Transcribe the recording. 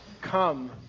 come